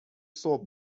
صبح